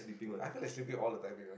I gonna shape it all the timing ah